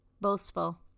boastful